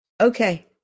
Okay